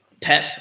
Pep